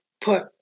put